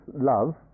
love